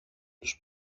τους